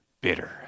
bitter